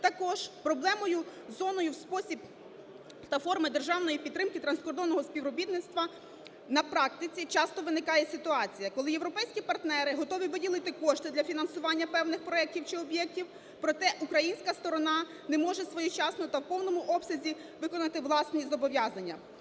Також проблемною зоною є спосіб та форми державної підтримки транскордонного співробітництва. На практиці часто виникає ситуація, коли європейські партнери готові виділити кошти для фінансування певних проектів чи об'єктів, проте українська сторона не може своєчасно та в повному обсязі виконати власні зобов'язання